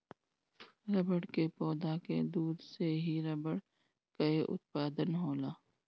रबड़ के पौधा के दूध से ही रबड़ कअ उत्पादन होला